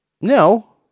no